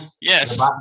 Yes